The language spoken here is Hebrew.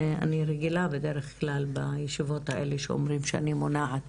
אני רגילה בדרך כלל בישיבות האלה שאומרים שאני מונעת